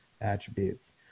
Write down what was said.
attributes